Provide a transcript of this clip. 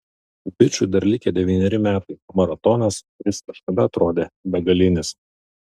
bičui dar likę devyneri metai maratonas kuris kažkada atrodė begalinis